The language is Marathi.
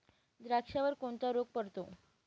द्राक्षावर कोणता रोग पडतो?